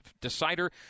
decider